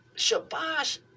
Shabash